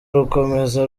rukomeza